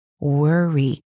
worry